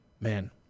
Man